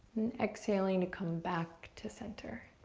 and exhaling to come back to center.